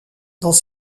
dans